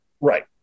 Right